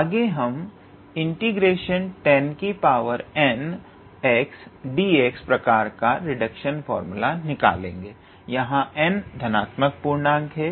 आगे हम ∫𝑡𝑎𝑛n𝑥𝑑𝑥 प्रकार का रिडक्शन फार्मूला निकालेंगे जहां n धनात्मक पूर्णांक है